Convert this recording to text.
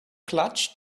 clutch